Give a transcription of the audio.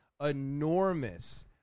enormous